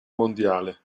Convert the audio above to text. mondiale